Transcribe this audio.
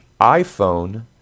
iphone